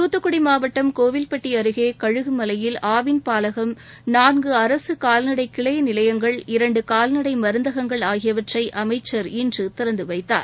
தூத்துக்குடி மாவட்டம் கோவில்பட்டி அருகே கழுகுமலையில் ஆவின் பாலகம் நான்கு அரசு கால்நடை கிளை நிலையங்கள் இரண்டு கால்நடை மருந்தகங்கள் ஆகியவற்றை அமைச்சர் இன்று திறந்துவைத்தார்